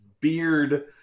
beard